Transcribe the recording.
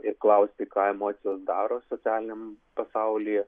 ir klausti ką emocijos daro socialiniam pasaulyje